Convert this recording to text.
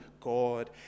God